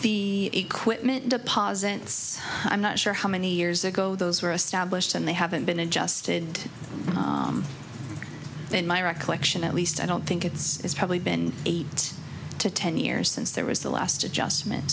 the equipment deposits i'm not sure how many years ago those were established and they haven't been adjusted in my recollection at least i don't think it's it's probably been eight to ten years since there was the last adjustment